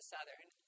Southern